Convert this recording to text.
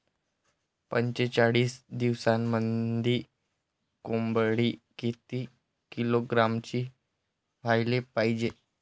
पंचेचाळीस दिवसामंदी कोंबडी किती किलोग्रॅमची व्हायले पाहीजे?